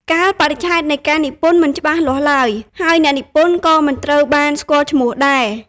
កាលបរិច្ឆេទនៃការនិពន្ធមិនច្បាស់លាស់ឡើយ ហើយអ្នកនិពន្ធក៏មិនត្រូវបានស្គាល់ឈ្មោះដែរ។